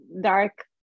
dark